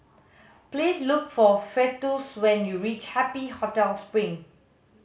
please look for Festus when you reach Happy Hotel Spring